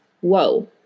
whoa